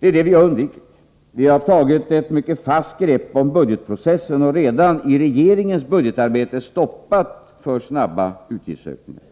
Det är det vi har undvikit — vi har tagit ett mycket fast grepp om budgetprocessen och redan i regeringens budgetarbete stoppat för snabba utgiftsökningar.